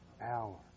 hour